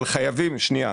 אבל חייבים, שנייה.